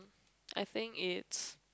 I think it's